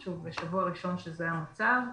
זה שבוע ראשון שזה המצב,